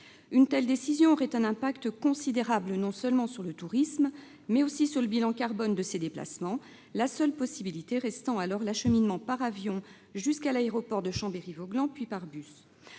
Une telle décision aurait un impact considérable non seulement sur le tourisme, mais aussi sur le bilan carbone de ces déplacements, la seule possibilité restant alors l'acheminement par avion jusqu'à l'aéroport de Chambéry-Voglans, puis par bus.